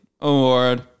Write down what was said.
Award